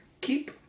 Keep